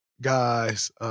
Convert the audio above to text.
guys